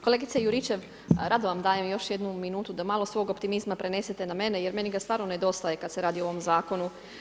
Kolegice Juričev, rado vam dajem još jednu minutu da malo svog optimizma prenesete na mene jer meni ga stvarno nedostaje kad se radi o ovom Zakonu.